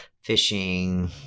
fishing